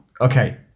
Okay